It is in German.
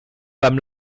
beim